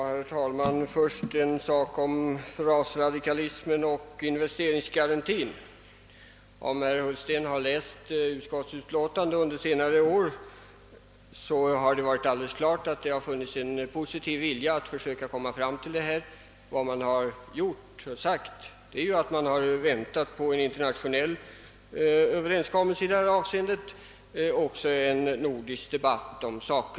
Herr talman! Beträffande frasradikalismen och investeringsgarantin vill jag säga att om herr Ullsten läst utskottsutlåtandena under senare år borde han ha funnit, att det finns en positiv vilja att söka nå en lösning. Man har emellertid velat vänta på en internationell överenskommelse på detta område liksom också på en nordisk debatt.